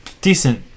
decent